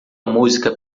música